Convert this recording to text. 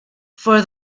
for